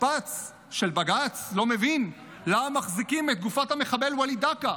השכפ"ץ של בג"ץ לא מבין למה מחזיקים את גופת המחבל וליד דקה.